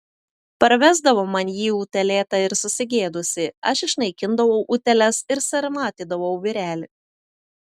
parvesdavo man jį utėlėtą ir susigėdusį aš išnaikindavau utėles ir sarmatydavau vyrelį